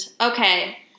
Okay